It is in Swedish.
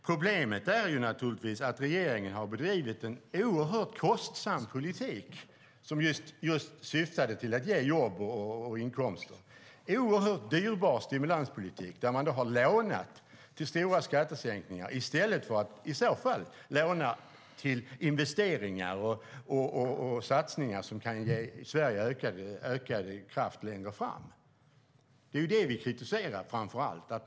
Problemet är att regeringen har bedrivit en oerhört kostsam politik, som syftade till att just ge jobb och inkomster. Det är en oerhört dyrbar stimulanspolitik, där man har lånat till stora skattesänkningar i stället för till investeringar och satsningar som kan ge Sverige ökad kraft längre fram. Det är framför allt detta vi kritiserar.